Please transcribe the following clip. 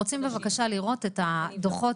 אנחנו רוצים בבקשה לראות את הדוחות